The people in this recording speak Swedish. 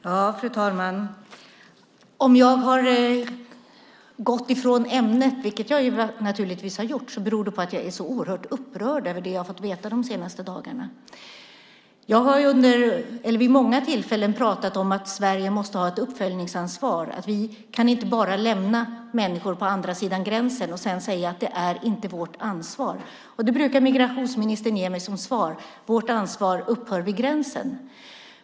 Fru talman! Om jag har gått ifrån ämnet, vilket jag naturligtvis har gjort, beror det på att jag är så oerhört upprörd över det som jag har fått veta under de senaste dagarna. Jag har vid många tillfällen pratat om att Sverige måste ha ett uppföljningsansvar och att vi inte bara kan lämna människor på andra sidan gränsen och sedan säga att det inte är vårt ansvar. Migrationsministern brukar ge mig svaret: Vårt ansvar upphör vid gränsen.